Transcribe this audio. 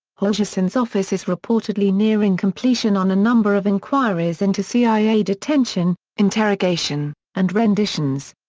helgerson's office is reportedly nearing completion on a number of inquiries into cia detention, interrogation, and renditions.